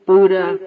Buddha